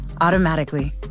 automatically